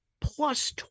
plus